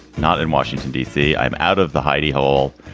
not in washington, d c. i'm out of the hidey hole.